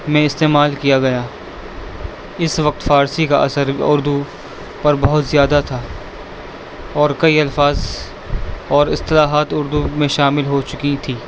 میں استعمال کیا گیا اس وقت فارسی کا اثر اردو پر بہت زیادہ تھا اور کئی الفاظ اور اصطلاحات اردو میں شامل ہو چکی تھیں